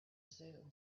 zoo